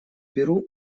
беру